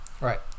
Right